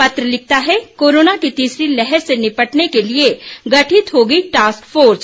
पत्र लिखता है कोरोना की तीसरी लहर से निपटने के लिए गठित होगी टाक्स फोर्स